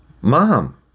Mom